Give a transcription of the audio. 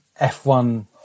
F1